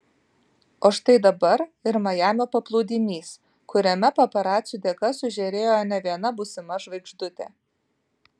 o štai dabar ir majamio paplūdimys kuriame paparacių dėka sužėrėjo ne viena būsima žvaigždutė